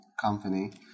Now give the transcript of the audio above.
company